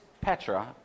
Petra